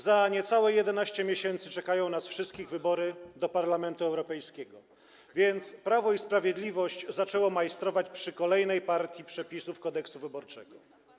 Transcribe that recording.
Za niecałe 11 miesięcy czekają nas wszystkich wybory do Parlamentu Europejskiego, więc Prawo i Sprawiedliwość zaczęło majstrować przy kolejnej partii przepisów Kodeksu wyborczego.